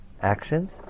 actions